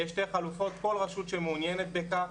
יש שתי חלופות: כל רשות שמעוניינת בכך,